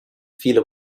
viele